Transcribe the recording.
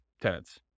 tenants